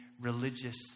religious